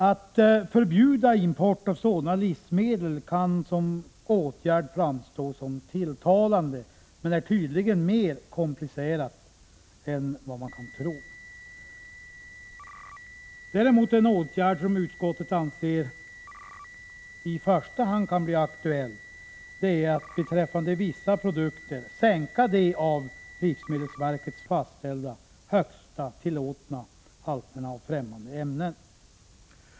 Att förbjuda import av sådana livsmedel kan som åtgärd framstå som tilltalande, men är tydligen mer komplicerat än vad man kan tro. En åtgärd, som utskottet anser i första hand kan bli aktuell, är att för vissa produkter sänka de av livsmedelsverket fastställda, högsta tillåtna halterna av främmande ämnen.